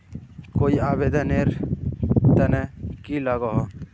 कोई आवेदन नेर तने की लागोहो?